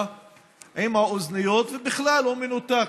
במליאה עם האוזניות, ובכלל, הוא מנותק.